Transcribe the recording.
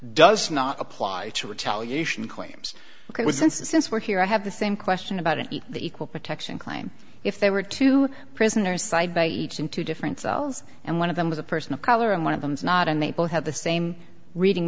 the since were here i have the same question about it the equal protection claim if there were two prisoners side by each in two different cells and one of them was a person of color and one of them is not and they both have the same reading